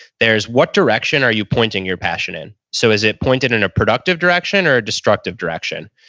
there's what direction are you pointing your passion in? so, is it pointed in a productive direction or a destructive direction?